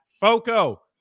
Foco